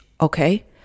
okay